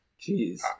jeez